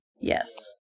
yes